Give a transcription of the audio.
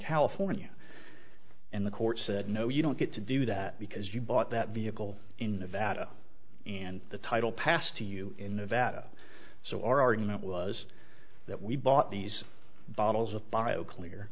california and the courts said no you don't get to do that because you bought that vehicle in nevada and the title passed to you in a vat so our argument was that we bought these bottles of bio clear